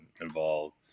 involved